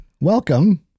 welcome